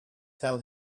tell